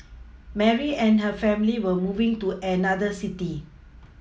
Mary and her family were moving to another city